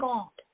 God